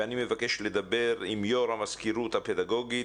ואני מבקש לדבר עם יו"ר המזכירות הפדגוגית,